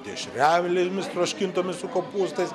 dešrelėmis troškintomis su kopūstais